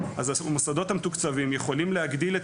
המוסדות המתוקצבים יכולים להגדיל את